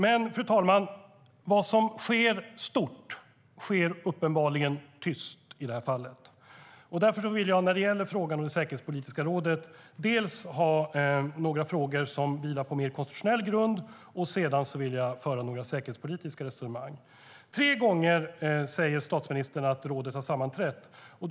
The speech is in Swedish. Men vad som sker stort sker uppenbarligen tyst i det här fallet. Därför vill jag när det gäller det säkerhetspolitiska rådet ta upp några frågor som vilar på mer konstitutionell grund och dessutom föra några säkerhetspolitiska resonemang. Tre gånger har rådet sammanträtt, säger statsministern.